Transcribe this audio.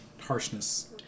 harshness